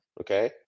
Okay